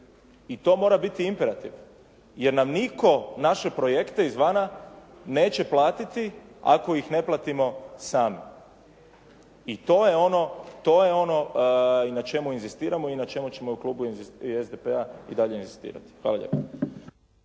I to mora biti imperativ jer nam nitko naše projekte izvana neće platiti ako ih ne platimo sami. I to je ono, to je ono na čemu inzistiramo i na čemu ćemo u Klubu SDP-a i dalje inzistirati. Hvala lijepa.